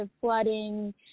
flooding